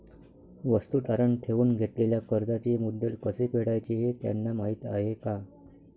वस्तू तारण ठेवून घेतलेल्या कर्जाचे मुद्दल कसे फेडायचे हे त्यांना माहीत आहे का?